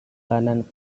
kanan